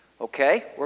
Okay